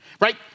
Right